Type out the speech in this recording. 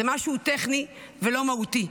זה משהו טכני ולא מהותי.